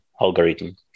algorithm